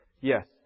Yes